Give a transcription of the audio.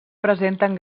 presenten